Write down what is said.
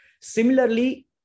similarly